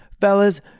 fellas